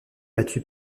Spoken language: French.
battu